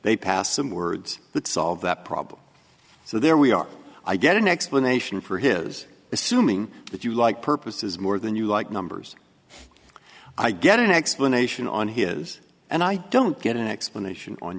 they passed some words that solve that problem so there we are i get an explanation for his assuming that you like purposes more than you like numbers i get an explanation on his and i don't get an explanation on